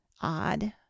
odd